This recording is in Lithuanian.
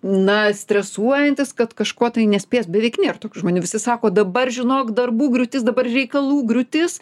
na stresuojantys kad kažko tai nespės beveik nėr tokių žmonių visi sako dabar žinok darbų griūtis dabar reikalų griūtis